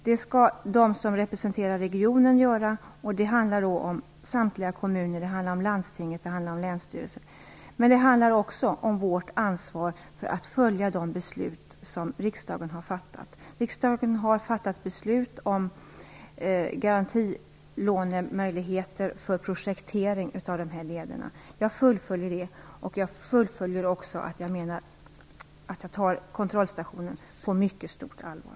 Det skall de som representerar regionen göra, och det är samtliga kommuner, landstinget och länsstyrelsen. Det handlar också om vårt ansvar för att följa de beslut som riksdagen har fattat. Riksdagen har fattat beslut om garantilånemöjligheter för projektering av dessa leder. Jag fullföljer det, och jag fullföljer också att jag tar kontrollstationen på mycket stort allvar.